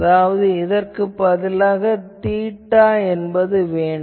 அதாவது இதற்குப் பதிலாக தீட்டா என்பது வேண்டும்